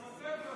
גם אתם לא.